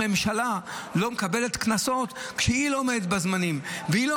כשאימא עולה עם שני ילדים בני שנה עד חמש היא צריכה לשלם על כרטיס אחד.